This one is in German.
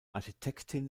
architektin